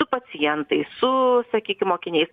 su pacientais su sakykim mokiniais